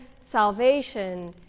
salvation